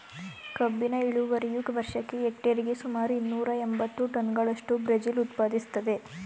ಕಬ್ಬಿನ ಇಳುವರಿಯು ವರ್ಷಕ್ಕೆ ಹೆಕ್ಟೇರಿಗೆ ಸುಮಾರು ಇನ್ನೂರ ಎಂಬತ್ತು ಟನ್ಗಳಷ್ಟು ಬ್ರೆಜಿಲ್ ಉತ್ಪಾದಿಸ್ತದೆ